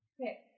Okay